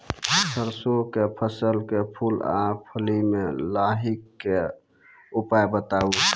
सरसों के फसल के फूल आ फली मे लाहीक के उपाय बताऊ?